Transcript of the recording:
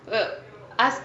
err